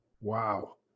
Wow